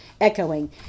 echoing